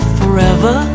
forever